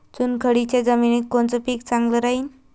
चुनखडीच्या जमिनीत कोनचं पीक चांगलं राहीन?